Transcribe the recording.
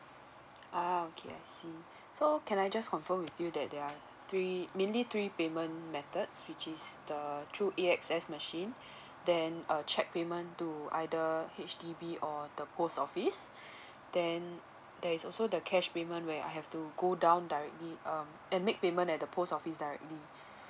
ah okay I see so can I just confirm with you that there are three mainly three payment methods which is the through A_X_S machine then a cheque payment to either H_D_B or the post office then there is also the cash payment where I have to go down directly um and make payment at the post office directly